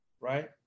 right